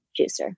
juicer